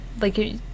like-